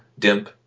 dimp